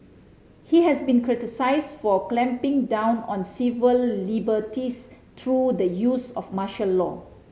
he has been criticised for clamping down on civil liberties through the use of martial law